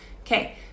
Okay